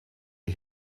die